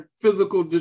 physical